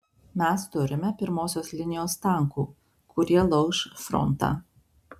mes turime pirmosios linijos tankų kurie lauš frontą